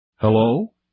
hello